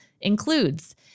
includes